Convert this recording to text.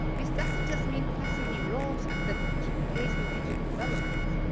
this doesn't' just mean passing new laws that keep pace with digital developments,